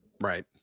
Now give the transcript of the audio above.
Right